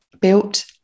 built